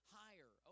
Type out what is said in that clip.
higher